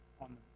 On